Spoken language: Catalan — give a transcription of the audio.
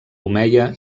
omeia